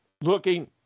looking